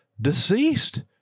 deceased